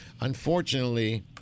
Unfortunately